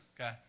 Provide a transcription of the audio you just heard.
okay